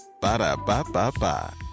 Ba-da-ba-ba-ba